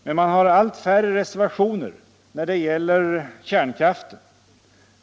Men man har allt färre reservationer när det gäller kärnkraften.